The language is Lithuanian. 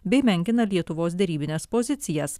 bei menkina lietuvos derybines pozicijas